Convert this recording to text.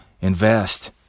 Invest